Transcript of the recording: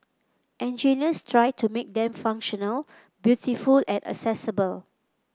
engineers tried to make them functional beautiful and accessible